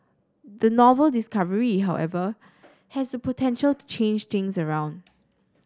the novel discovery however has the potential to change things around